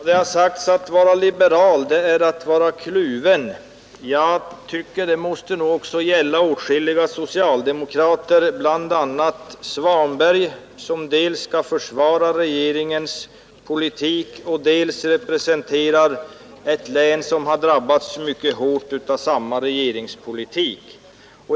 Herr talman! Att vara liberal är att vara kluven, har det sagts. Det måste nog också gälla åtskilliga socialdemokrater, bl.a. herr Svanberg, som dels skall försvara regeringens politik och dels representera ett län som har drabbats mycket hårt av samma regerings politik.